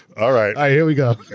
alright here we go.